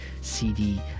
CD